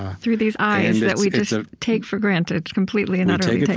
ah through these eyes that we just ah take for granted completely and utterly take